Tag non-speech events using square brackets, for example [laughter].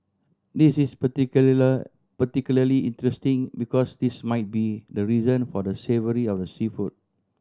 this is [unintelligible] particularly interesting because this might be the reason for the savoury of the seafood